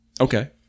Okay